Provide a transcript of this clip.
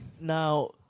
Now